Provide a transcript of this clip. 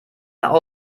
meiner